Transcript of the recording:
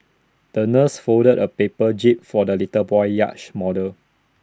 the nurse folded A paper jib for the little boy's yacht model